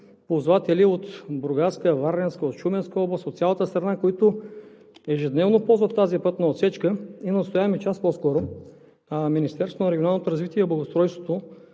ползватели от Бургаска, Варненска, от Шуменска област, от цялата страна, които ежедневно ползват тази пътна отсечка. Ние настояваме час по-скоро Министерството на регионалното развитие и благоустройството